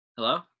Hello